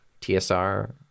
TSR